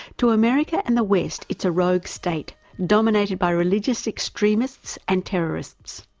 to america and the west it's a rogue state dominated by religious extremists and terrorists.